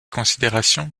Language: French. considérations